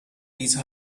these